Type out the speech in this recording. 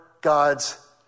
God's